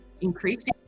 increasing